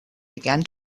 began